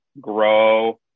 grow